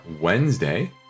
Wednesday